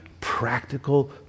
practical